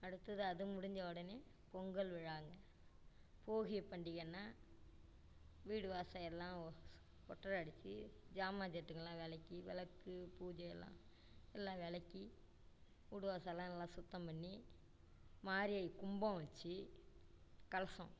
அடுத்தது அது முடிஞ்ச உடனே பொங்கல் விழாங்க போகிப் பண்டிகைன்னா வீடு வாசல் எல்லாம் ஓ ஒட்டடை அடிச்சு ஜாமான் ஜெட்டுங்கெல்லாம் விலக்கி விளக்கு பூஜையெல்லாம் எல்லாம் விலக்கி வீடு வாசல் எல்லாம் எல்லா சுத்தம் பண்ணி மாரியாயி கும்பம் வச்சு கலசம்